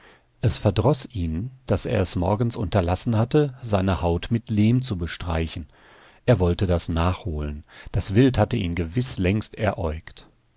es verdroß ihn daß er es morgens unterlassen hatte seine haut mit lehm zu bestreichen er wollte das nachholen das wild hatte ihn gewiß längst eräugt